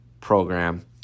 program